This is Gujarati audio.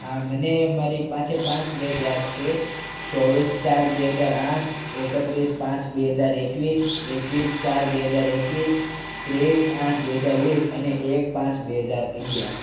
હા મને મારી પાંચે પાંચ ડેટ યાદ છે ચોવીસ ચાર બે હજાર આઠ એકત્રીસ પાંચ બે હજાર એકવીસ એકવીસ ચાર બે હજાર એકવીસ ત્રીસ આઠ બે હજાર વીસ અને એક પાંચ બે હજાર અગિયાર